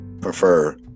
prefer